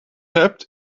hebt